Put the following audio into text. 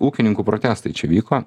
ūkininkų protestai čia vyko